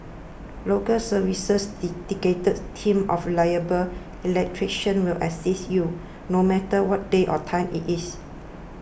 Local Service's dedicated team of reliable electricians will assist you no matter what day or time it is